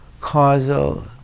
causal